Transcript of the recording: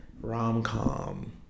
rom-com